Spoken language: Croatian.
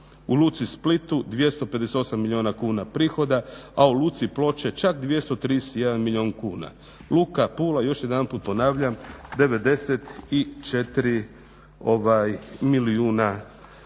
U luci Splitu 258 milijuna kuna prihoda, a u luci Ploče čak 231 milijun kuna. Luka Pula, još jedanput ponavljam, 94 milijuna kuna.